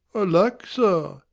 alack, sir,